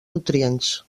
nutrients